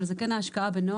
אבל זה כן ההשקעה בנוער.